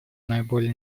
наиболее